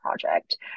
project